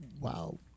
wow